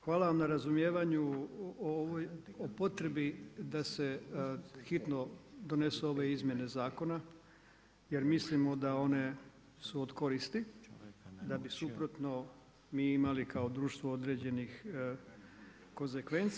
Hvala vam na razumijevanju o potrebi da se hitno donesu ove izmjene zakona jer mislimo da one su od koristi, da bi suprotno mi imali kao društvo određenih konsekvenci.